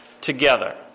together